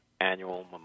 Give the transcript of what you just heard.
annual